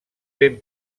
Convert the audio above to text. ben